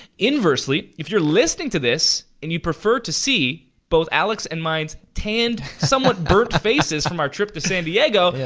inversely, if you're listening to this, and you prefer to see both alex and mine's tanned, somewhat burnt faces from our trip to san diego,